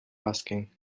asking